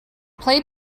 play